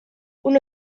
una